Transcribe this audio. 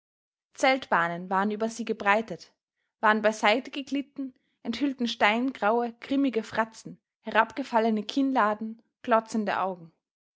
gelassen zeltbahnen waren über sie gebreitet waren beiseite geglitten enthüllten steingraue grimmige fratzen herabgefallene kinnladen glotzende augen